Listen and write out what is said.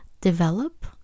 develop